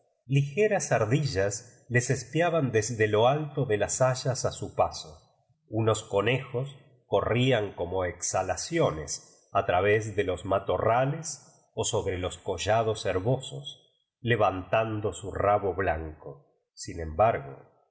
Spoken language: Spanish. ligeras ardillas les espiaban desde lo alto de las hayas a su paso unos conejos co rrían como exhalaciones a través de los ma torrales o sobre los collados herbosos le vantando m rabo blanco sin embargo